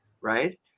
right